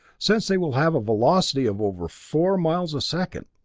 since they will have a velocity of over four miles a second.